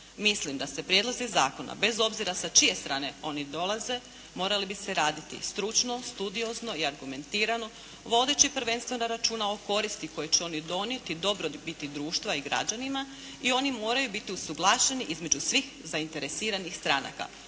Mislim da se prijedlozi zakona bez obzira sa čije strane oni dolaze morali bi se raditi stručno, studiozno i argumentirano vodeći prvenstveno računa o koristi koju će oni donijeti dobrobiti društva i građanima i oni moraju biti usuglašeni između svih zainteresiranih stranaka.